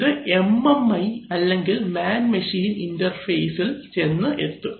ഇത് MMI അല്ലെങ്കിൽ man machine interface ചെന്ന് എത്തും